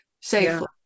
safely